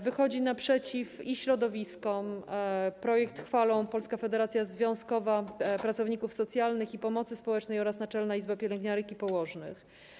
Wychodzi naprzeciw środowiskom - projekt chwalą Polska Federacja Związkowa Pracowników Socjalnych i Pomocy Społecznej oraz Naczelna Izba Pielęgniarek i Położnych.